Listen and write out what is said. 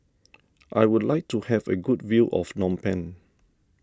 I would like to have a good view of Phnom Penh